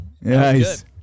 Nice